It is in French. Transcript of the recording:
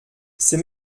c’est